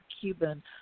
Cuban